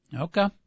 Okay